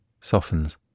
softens